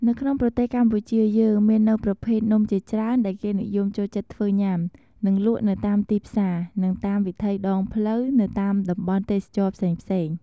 នៅក្នុងប្រទេសកម្ពុជាយើងមាននូវប្រភេទនំជាច្រើនដែលគេនិយមចូលចិត្តធ្វើញុាំ និងលក់នៅតាមទីផ្សារ និងតាមវិថីដងផ្លូវនៅតាមតំបន់ទេសចរណ៍ផ្សេងៗ។